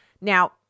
Now